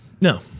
no